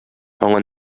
аңа